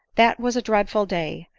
that was a dreadful day!